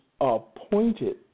appointed